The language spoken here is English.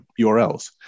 URLs